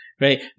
right